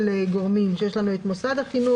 של גורמים: יש לנו את מוסד החינוך,